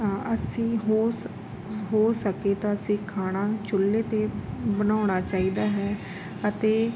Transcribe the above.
ਅਸੀਂ ਹੋ ਸਕੇ ਹੋ ਸਕੇ ਤਾਂ ਅਸੀਂ ਖਾਣਾ ਚੁੱਲ੍ਹੇ 'ਤੇ ਬਣਾਉਣਾ ਚਾਹੀਦਾ ਹੈ ਅਤੇ